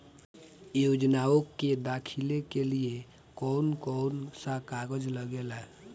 योजनाओ के दाखिले के लिए कौउन कौउन सा कागज लगेला?